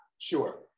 Sure